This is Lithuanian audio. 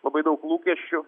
labai daug lūkesčių